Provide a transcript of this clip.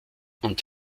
und